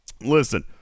Listen